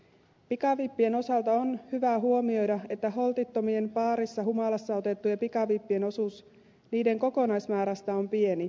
pikavippien osalta on hyvä huomioida että holtittomien baarissa humalassa otettujen pikavippien osuus niiden kokonaismäärästä on pieni